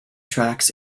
tracks